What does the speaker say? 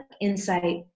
insight